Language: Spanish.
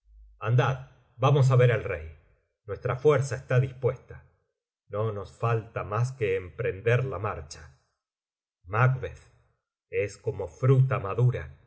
andad vamos á ver al rey nuestra fuerza está dispuesta no nos falta más que emprender la marcha macbeth es como fruta madura